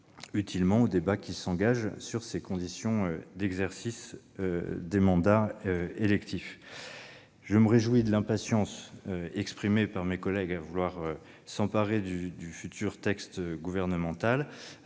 utilement au débat qui s'engage sur les conditions d'exercice des mandats électifs. Je me réjouis de l'impatience exprimée par mes collègues à propos du futur texte gouvernemental,